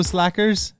Slackers